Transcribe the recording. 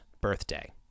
birthday